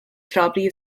strawberry